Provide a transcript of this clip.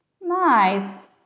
Nice